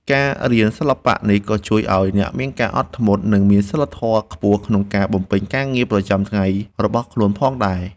ការរៀនសិល្បៈនេះក៏ជួយឱ្យអ្នកមានការអត់ធ្មត់ និងមានសីលធម៌ខ្ពស់ក្នុងការបំពេញការងារប្រចាំថ្ងៃរបស់ខ្លួនផងដែរ។